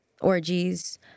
orgies